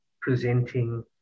presenting